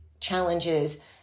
challenges